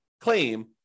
claim